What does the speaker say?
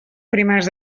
primers